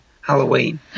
halloween